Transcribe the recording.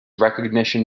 recognition